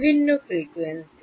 বিভিন্ন ফ্রিকোয়েন্সি